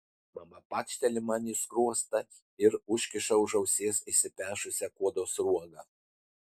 mama pakšteli man į skruostą ir užkiša už ausies išsipešusią kuodo sruogą